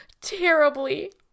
terribly